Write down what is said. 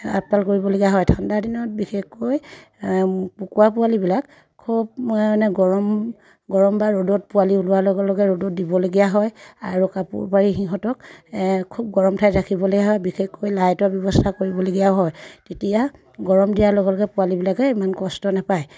আপদাল কৰিবলগীয়া হয় ঠাণ্ডা দিনত বিশেষকৈ কুকুৰা পোৱালিবিলাক খুব মানে গৰম গৰম বা ৰ'দত পোৱালি ওলোৱাৰ লগে লগে ৰ'দত দিবলগীয়া হয় আৰু কাপোৰ পাৰি সিহঁতক খুব গৰম ঠাইত ৰাখিবলগীয়া হয় বিশেষকৈ লাইটৰ ব্যৱস্থা কৰিবলগীয়া হয় তেতিয়া গৰম দিয়াৰ লগে লগে পোৱালিবিলাকে ইমান কষ্ট নাপায়